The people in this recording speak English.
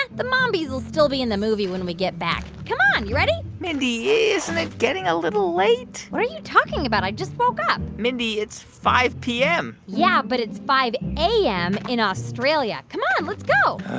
ah the mombies will still be in the movie when we get back. come on. you ready? mindy, isn't it getting a little late? what are you talking about? i just woke up mindy, it's five p m yeah, but it's five a m. in australia. come on. let's go